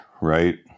right